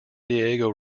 diego